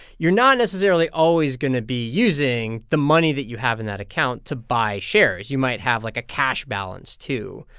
you're not necessarily always going to be using the money that you have in that account to buy shares. you might have, like, a cash balance, too